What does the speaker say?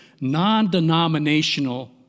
non-denominational